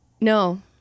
No